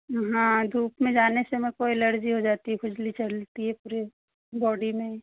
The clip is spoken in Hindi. हाँ धूप में जाने से मुझको एलर्जी हो जाती है खुजली चलती है पूरी बॉडी में